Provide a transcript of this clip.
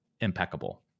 impeccable